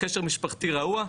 קשר משפחתי רעוע,